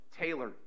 Taylor